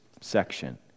section